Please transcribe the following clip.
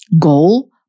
goal